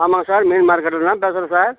ஆமாம் சார் மீன் மார்க்கெட்டில் தான் பேசுகிறேன் சார்